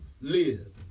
live